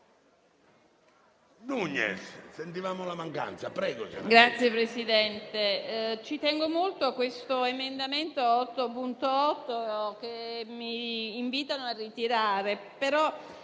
Signor Presidente, poiché tengo molto a questo emendamento 8.8, che mi invitano a ritirare,